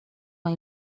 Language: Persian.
این